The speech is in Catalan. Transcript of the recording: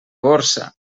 borsa